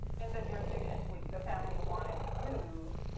in the jurisdiction to which the family wanted to move,